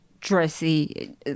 dressy